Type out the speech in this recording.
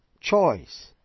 choice